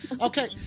okay